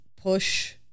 push